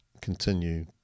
continue